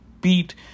beat